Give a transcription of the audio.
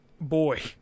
Boy